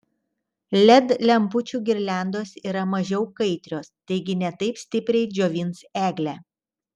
led lempučių girliandos yra mažiau kaitrios taigi ne taip stipriai džiovins eglę